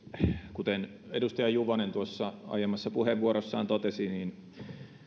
kuten edustaja juvonen tuossa aiemmassa puheenvuorossaan totesi myös